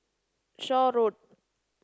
Shaw Road